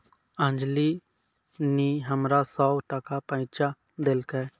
अंजली नी हमरा सौ टका पैंचा देलकै